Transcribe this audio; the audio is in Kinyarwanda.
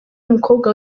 umukobwa